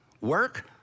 work